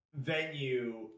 venue